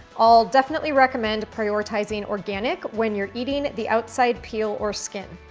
i'll definitely recommend prioritizing organic when you're eating the outside peel or skin.